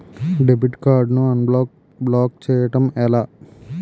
Debit card ను unblock block చేయటం ఎలా?